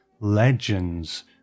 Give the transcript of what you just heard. legends